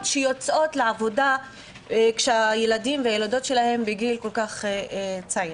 שיוצאות לעבודה כשהילדים שלהם בגיל כה צעיר.